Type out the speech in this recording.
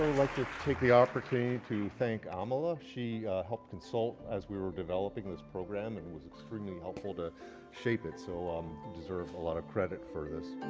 like to take the opportunity to thank amala. she helped consult as we were developing this program, and was extremely and helpful to shape it. so you um deserve a lot of credit for this.